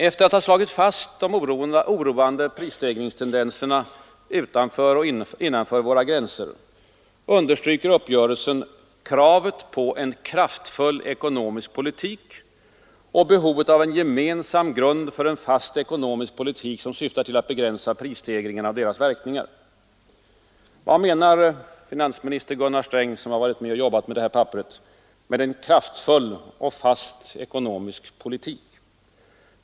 Efter att ha slagit fast de oroande prisstegringstendenserna utanför och innanför våra gränser, understryker uppgörelsen ”kravet på en kraftfull ekonomisk politik” och ”behovet av en gemensam grund för en fast ekonomisk politik som syftar till att begränsa prisstegringarna och deras verkningar”. Vad menar finansminister Gunnar Sträng, som har varit med och arbetat med det här papperet, med ”kraftfull och fast ekonomisk politik”?